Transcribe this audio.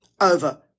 over